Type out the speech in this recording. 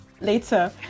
later